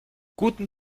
guten